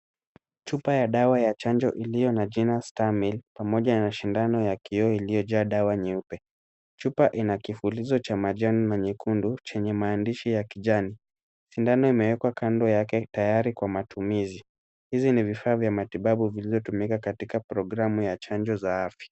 Chupa ya dawa ya chanjo iliyo na jina stamil pamoja na sindano ya kioo iliyojaa dawa nyeupe. Chupa ina kifulizo cha majani na nyekundu chenye maandishi ya kijani. Sindano imeekwa kando yake tayari kwa matumizi. Hizi ni vifaa vya matibabu zillizotumika katika programu ya chanjo za afya.